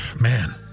man